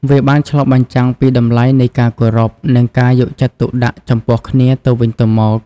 វាបានឆ្លុះបញ្ចាំងពីតម្លៃនៃការគោរព និងការយកចិត្តទុកដាក់ចំពោះគ្នាទៅវិញទៅមក។